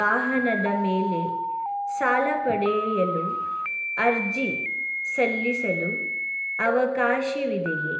ವಾಹನದ ಮೇಲೆ ಸಾಲ ಪಡೆಯಲು ಅರ್ಜಿ ಸಲ್ಲಿಸಲು ಅವಕಾಶವಿದೆಯೇ?